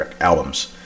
albums